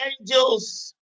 angels